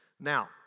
Now